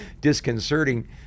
disconcerting